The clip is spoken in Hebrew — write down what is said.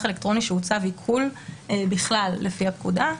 אלקטרוני שהוא צו עיקול בכלל לפי הפקודה,